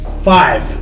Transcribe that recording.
Five